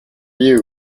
you